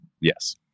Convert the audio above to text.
Yes